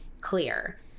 clear